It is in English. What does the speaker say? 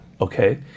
okay